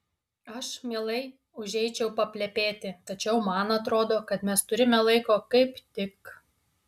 aš mielai užeičiau paplepėti tačiau man atrodo kad mes turime laiko kaip tik